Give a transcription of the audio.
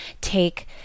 take